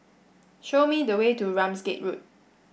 show me the way to Ramsgate Road